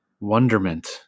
wonderment